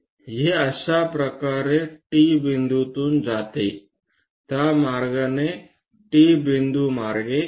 हे अशा प्रकारे T बिंदूतून जाते त्या मार्गाने T बिंदू मार्गे जा